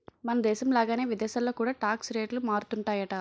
మనదేశం లాగానే విదేశాల్లో కూడా టాక్స్ రేట్లు మారుతుంటాయట